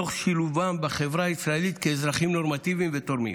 תוך שילובם בחברה הישראלית כאזרחים נורמטיביים ותורמים.